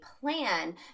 plan